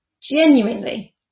genuinely